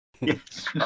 Yes